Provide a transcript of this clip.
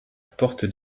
porte